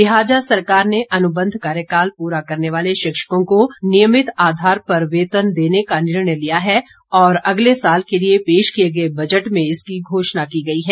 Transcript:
लिहाजा सरकार ने अनुबंध कार्यकाल पूरा करने वाले शिक्षकों को नियमित आधार पर वेतन देने का निर्णय लिया है और अगले साल के लिए पेश किए गए बजट में इसकी घोषणा की गई है